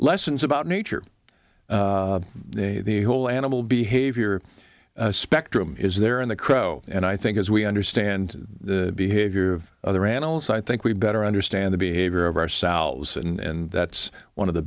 lessons about nature the whole animal behavior spectrum is there in the crow and i think as we understand the behavior of other animals i think we better understand the behavior of ourselves and that's one of the